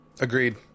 agreed